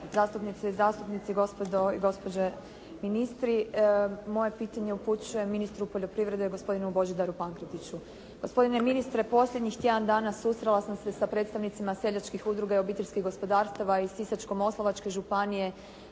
zastupnice i zastupnici, gospodo i gospođe ministri. Moje pitanje upućujem ministru poljoprivrede, gospodinu Božidaru Pankretiću. Gospodine ministre, posljednjih tjedan dana susrela sam se sa predstavnicima seljačkih udruga i obiteljskih gospodarstava iz Sisačko-moslavačke županije,